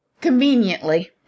conveniently